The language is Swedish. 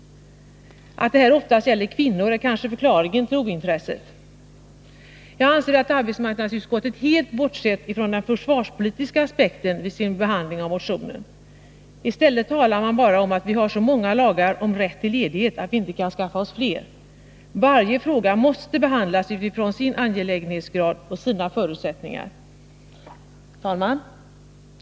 Att det här oftast gäller kvinnor är kanske förklaringen till ointresset. Jag anser att arbetsmarknadsutskottet helt bortsett från den försvarspolitiska aspekten vid sin behandling av motionen. I stället talar man bara om att vi har så många lagar om rätt till ledighet att vi inte kan skaffa oss fler. Varje fråga måste behandlas med utgångspunkt i sin angelägenhetsgrad och sina förutsättningar. Herr talman!